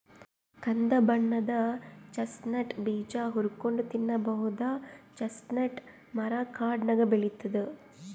ಕಂದ್ ಬಣ್ಣದ್ ಚೆಸ್ಟ್ನಟ್ ಬೀಜ ಹುರ್ಕೊಂನ್ಡ್ ತಿನ್ನಬಹುದ್ ಚೆಸ್ಟ್ನಟ್ ಮರಾ ಕಾಡ್ನಾಗ್ ಬೆಳಿತದ್